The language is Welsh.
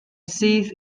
syth